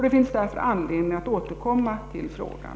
Det finns därför anledning att återkomma till frågan.